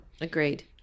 Agreed